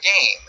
game